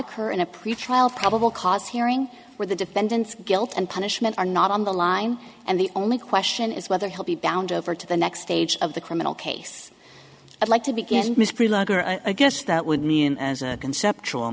occur in a pretrial probable cause hearing where the defendant's guilt and punishment are not on the line and the only question is whether he'll be bound over to the next stage of the criminal case i'd like to begin a guess that would mean as a conceptual